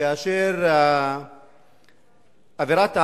כאשר אווירת ה"עליהום"